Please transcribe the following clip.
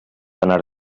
anar